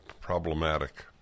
problematic